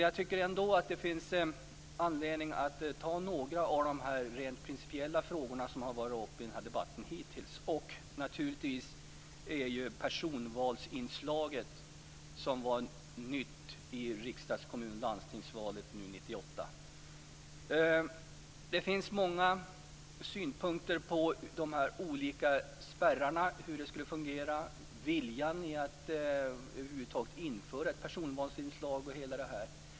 Jag tycker ändå att det finns anledning att ta upp några av de rent principiella frågorna som har varit uppe i debatten hittills. Det gäller naturligtvis personvalsinslaget, som var nytt i riksdags-, kommun och landstingsvalet 1998. Det finns många synpunkter på de olika spärrarna, t.ex. hur de skulle fungera och viljan att över huvud taget införa ett personvalsinslag.